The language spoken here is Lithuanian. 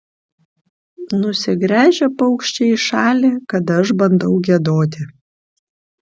nusigręžia paukščiai į šalį kada aš bandau giedoti